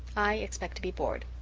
i expect to be bored.